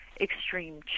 extreme